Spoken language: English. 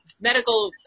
medical